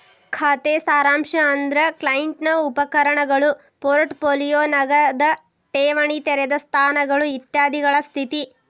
ಖಾತೆ ಸಾರಾಂಶ ಅಂದ್ರ ಕ್ಲೈಂಟ್ ನ ಉಪಕರಣಗಳು ಪೋರ್ಟ್ ಪೋಲಿಯೋ ನಗದ ಠೇವಣಿ ತೆರೆದ ಸ್ಥಾನಗಳು ಇತ್ಯಾದಿಗಳ ಸ್ಥಿತಿ